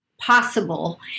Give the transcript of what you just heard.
possible